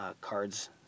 cards